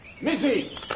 Missy